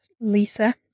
Lisa